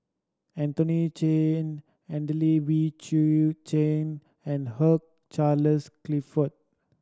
Anthony Chen Adelene Wee Chu Chen and Hugh Charles Clifford